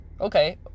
Okay